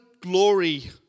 glory